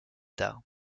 tard